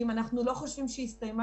הוא לא מקבל את הפיצוי.